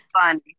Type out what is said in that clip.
funny